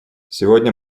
сегодня